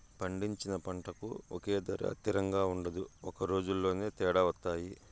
పండించిన పంటకు ఒకే ధర తిరంగా ఉండదు ఒక రోజులోనే తేడా వత్తాయి